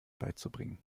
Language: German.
beizubringen